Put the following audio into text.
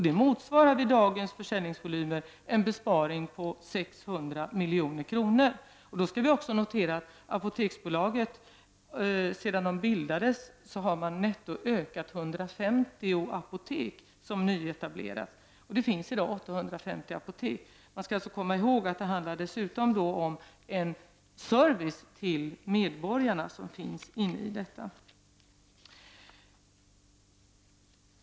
Det motsvarar med dagens försäljningsvolymer en besparing på 600 milj.kr. Vi skall då också notera att Apoteksbolaget sedan det bildades har ökat antalet apotek med 150 som har nyetablerats. Det finns i dag 850 apotek. Man skall komma ihåg att det i detta finns en service till medborgarna.